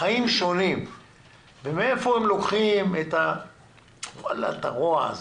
מהיכן הם לוקחים את הרוע הזה?